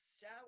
shower